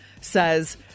says